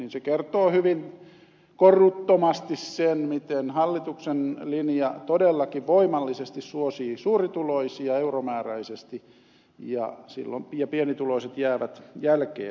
se kertoo hyvin koruttomasti sen miten hallituksen linja todellakin voimallisesti suosii suurituloisia euromääräisesti ja pienituloiset jäävät jälkeen